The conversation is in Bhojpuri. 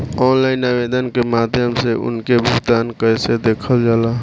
ऑनलाइन आवेदन के माध्यम से उनके भुगतान कैसे देखल जाला?